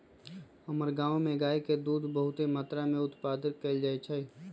हमर गांव में गाय के दूध बहुते मत्रा में उत्पादन कएल जाइ छइ